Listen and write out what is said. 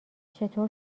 چطور